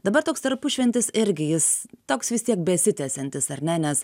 dabar toks tarpušventis irgi jis toks vis tiek besitęsiantis ar ne nes